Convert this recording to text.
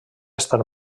estar